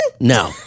no